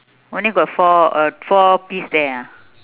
only got four uh four piece there ah